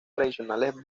tradicionales